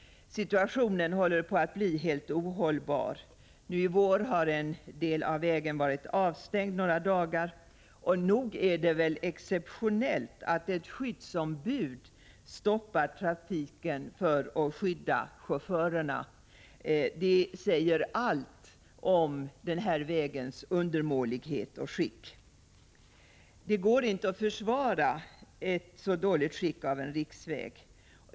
Situationen håller på att bli helt ohållbar. Nu i vår har en del av vägen varit avstängd några dagar, och nog är det väl exceptionellt att ett skyddsombud stoppar trafiken för att skydda chaufförerna. Det säger allt om den här vägens undermålighet. Det går inte att försvara att en riksväg är i så dåligt skick.